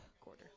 quarter